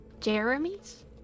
Jeremy's